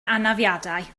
anafiadau